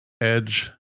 edge